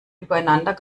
übereinander